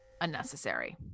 unnecessary